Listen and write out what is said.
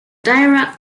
dirac